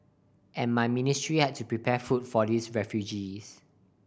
and my ministry had to prepare food for these refugees